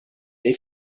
they